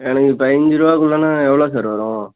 எனக்கு பயஞ்சிருவாக்குள்ளேன்னா எவ்வளோ சார் வரும்